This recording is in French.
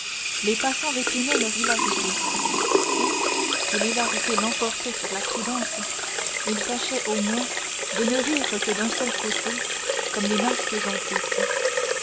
les passants réprimaient leur hilarité ou si l'hilarité l'emportait sur la prudence ils tâchaient au moins de ne rire que d'un seul côté comme les masques antiques